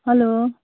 hello